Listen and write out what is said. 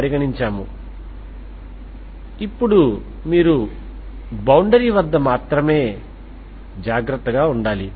అని మీరు చెప్పండి